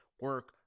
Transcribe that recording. Work